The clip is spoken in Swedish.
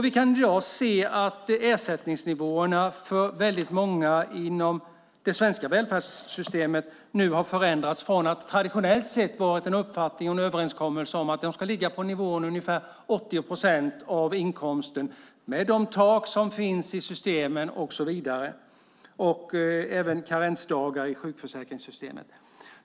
Vi kan i dag se att ersättningsnivåerna för många inom det svenska välfärdssystemet nu har förändrats. Det har traditionellt varit en uppfattning och en överenskommelse att de ska ligga på ungefär 80 procent av inkomsten med de tak som finns och karensdagar i sjukförsäkringssystemet.